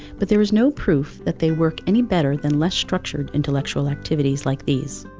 but there is no proof that they work any better than less structured intellectual activities like these.